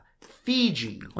fiji